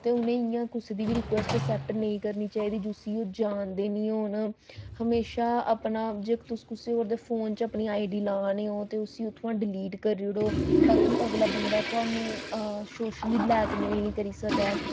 ते इ'यां उ'नें गी कुसै दी बी रिक्वैस्ट असैप्ट करनी चाहिदी जिस्सी ओह् जानदे निं होन म्हेशा अपना जे तुस कुसै होर दे फोन च अपनी आई डी लाने ते उस्सी उत्थुआं दा डलीट करी ओड़ो तां कि अगला बंदा तुहानू सोशली ब्लैकमेल निं करी सकै